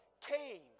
came